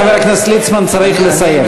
חבר הכנסת ליצמן צריך לסיים.